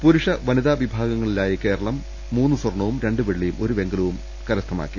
പുരുഷ വനിതാ വിഭാഗങ്ങളിലായി കേരളം മൂന്ന് സ്വർണ്ണ വും രണ്ട് വെള്ളിയും ഒരു വെങ്കലവും കരസ്ഥമാക്കി